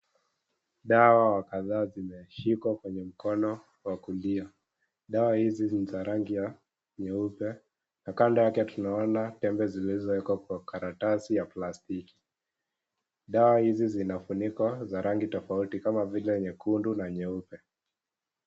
Dawa wa kadhaa zimeshikwa kwenye mkono wa kulia dawa hizi no za rangi ya nyeupe na kando yake tunaona tembe zilizo wekwa kwa karatasi ya plastiki dawa hizi zinafunikwa kwa rangi tofauti kama vile nyekundu na nyeupe.